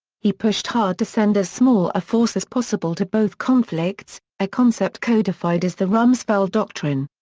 he pushed hard to send as small a force as possible to both conflicts, a concept codified as the rumsfeld doctrine.